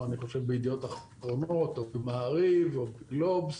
או בידיעות אחרונות או מעריב או גלובס